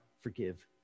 forgive